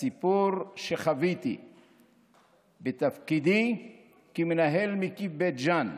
בסיפור שחוויתי בתפקידי כמנהל מקיף בית ג'ן,